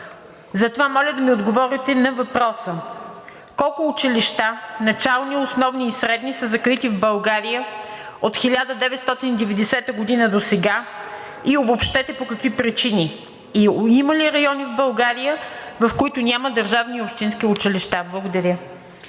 Затова моля да ми отговорите на въпроса: колко училища – начални, основни и средни, са закрити в България от 1990 г. досега и обобщете по какви причини. Има ли райони в България, в които няма държавни или общински училища? Благодаря.